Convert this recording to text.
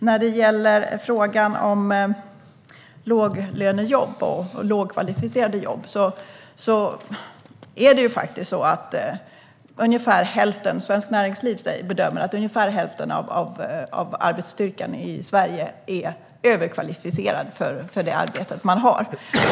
När det gäller detta med låglönejobb och lågkvalificerade jobb bedömer faktiskt Svenskt Näringsliv att ungefär hälften av arbetsstyrkan i Sverige är överkvalificerad för sitt arbete.